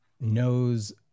knows